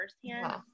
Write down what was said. firsthand